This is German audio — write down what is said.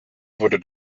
wurde